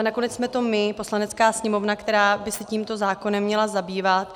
Nakonec jsme to my, Poslanecká sněmovna, která by se tímto zákonem měla zabývat.